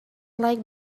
like